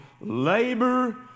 labor